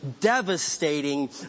devastating